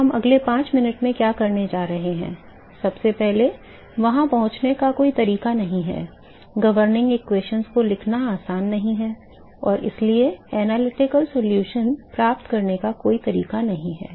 तो हम अगले 5 मिनट में क्या करने जा रहे हैं सबसे पहले वहां पहुंचने का कोई तरीका नहीं है governing equations को लिखना आसान नहीं है और इसलिए विश्लेषणात्मक समाधान प्राप्त करने का कोई तरीका नहीं है